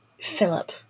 Philip